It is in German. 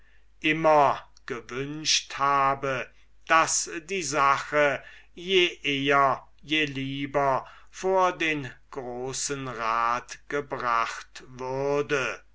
immer gewünscht habe daß die sache je bälder je lieber vor den großen rat gebracht würde